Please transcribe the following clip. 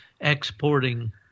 exporting